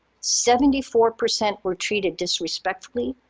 seventy four percent were treated disrespectfully,